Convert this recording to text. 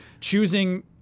choosing